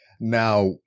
Now